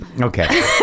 Okay